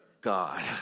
God